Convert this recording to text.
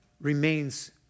remains